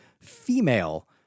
female